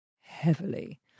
heavily